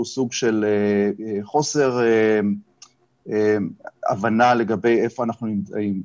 סוג של חוסר הבנה לגבי איפה אנחנו נמצאים.